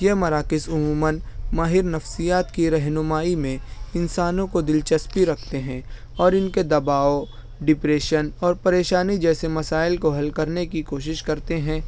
یہ مراکز عموماً ماہر نفسیات کی رہنمائی میں انسانوں کو دلچسپی رکھتے ہیں اور ان کے دباؤ ڈپریشن اور پریشانی جیسے مسائل کو حل کرنے کی کوشش کرتے ہیں